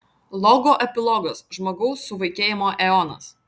logo epilogas žmogaus suvaikėjimo eonas